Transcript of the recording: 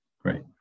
great